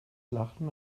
lachen